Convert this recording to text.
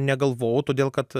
negalvojau todėl kad